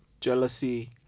Jealousy